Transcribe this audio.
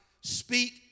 speak